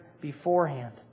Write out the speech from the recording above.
beforehand